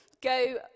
go